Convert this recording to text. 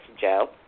Joe